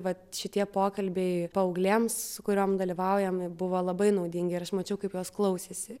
vat šitie pokalbiai paauglėms su kuriom dalyvaujam buvo labai naudingi ir aš mačiau kaip jos klausėsi